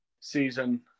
season